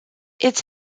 its